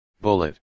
Bullet